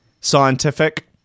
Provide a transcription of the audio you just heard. Scientific